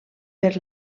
per